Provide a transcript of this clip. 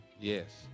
yes